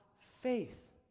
faith